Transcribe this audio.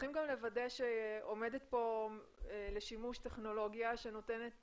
צריכים לוודא שעומדת לשימוש טכנולוגיה שנותנת